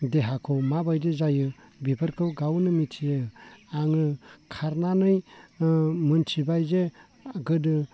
देहाखौ माबायदि जायो बेफोरखौ गावनो मिथियो आङो खारनानै मोन्थिबाय जे गोदो